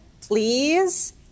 please